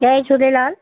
Jay Jhulelal